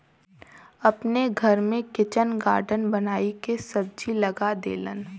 अपने घर में किचन गार्डन बनाई के सब्जी लगा देलन